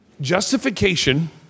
Justification